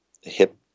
hip